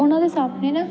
ਉਹਨਾਂ ਦੇ ਸਾਹਮਣੇ ਨਾ